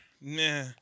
Nah